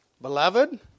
Beloved